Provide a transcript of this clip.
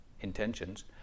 intentions